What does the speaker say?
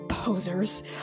posers